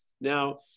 Now